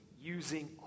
using